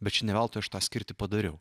bet čia ne veltui aš tą skirtį padariau